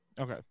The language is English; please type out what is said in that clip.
Okay